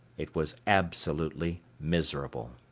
it was absolutely miserable.